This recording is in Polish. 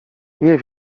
nie